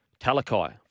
Talakai